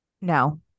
no